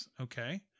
Okay